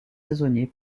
saisonnier